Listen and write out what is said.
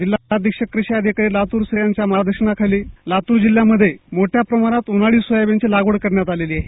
जिल्हा कृषी अधिकारी लातूर यांच्या मार्गदर्शनाखाली लातूर जिल्ह्यामधे मोठ्या प्रमाणात उन्हाळी सोयाबिनची लागवड करण्यात आलेली आहे